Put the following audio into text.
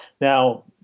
Now